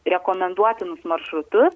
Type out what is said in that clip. rekomenduotinus maršrutus